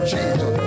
Jesus